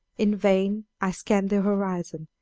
in vain i scanned the horizon,